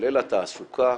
כולל התעסוקה,